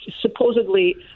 supposedly